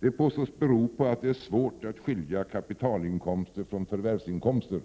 Detta påstås bero på att det för dessa grupper är svårt att skilja kapitalinkomster från förvärvsinkomster.